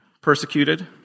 persecuted